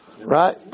Right